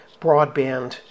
broadband